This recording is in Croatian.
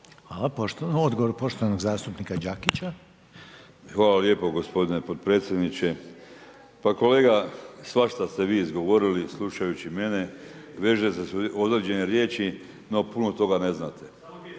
Hvala. Odgovor poštovanog zastupnika Đakića. **Đakić, Josip (HDZ)** Hvala lijepo gospodine potpredsjedniče. Pa kolega, svašta ste vi izgovorili slušajući mene. Vežete određene riječi, no puno toga ne znate.